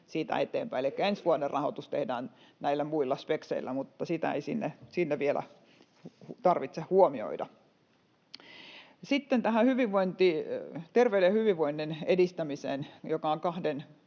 elikkä ensi vuoden rahoitus tehdään näillä muilla spekseillä eikä sitä vielä tarvitse huomioida. Sitten tämä terveyden ja hyvinvoinnin edistäminen on kahden